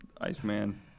Iceman